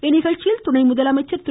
இந்நிகழ்ச்சியில் துணை முதலமைச்சர் திரு